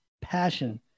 passion